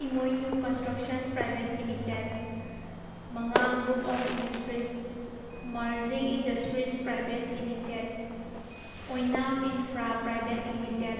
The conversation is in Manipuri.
ꯏꯃꯣꯏꯅꯨ ꯀꯟꯁꯇ꯭ꯔꯛꯁꯟ ꯄ꯭ꯔꯥꯏꯚꯦꯠ ꯂꯤꯃꯤꯇꯦꯠ ꯃꯉꯥꯡ group of industries Marjing industries private limited Oinam infra private limited